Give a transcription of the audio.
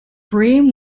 bream